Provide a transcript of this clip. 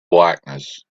blackness